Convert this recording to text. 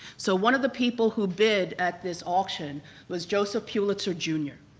so one of the people who bid at this auction was joseph pulitzer junior.